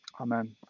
Amen